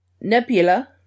Nebula